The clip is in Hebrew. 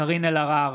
אינו נוכח קארין אלהרר,